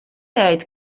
jgħid